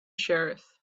sheriff